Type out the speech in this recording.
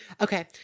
Okay